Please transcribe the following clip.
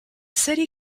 city